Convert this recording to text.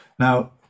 Now